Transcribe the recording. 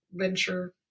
venture